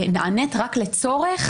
נענית רק לצורך.